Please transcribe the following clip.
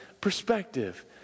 Perspective